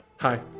Hi